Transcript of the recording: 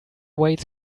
weights